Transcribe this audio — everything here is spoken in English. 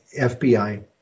FBI